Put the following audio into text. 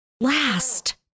Last